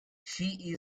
she